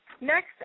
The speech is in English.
Next